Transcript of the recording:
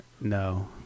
No